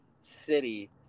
city